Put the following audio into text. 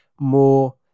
more